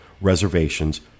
reservations